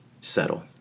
settle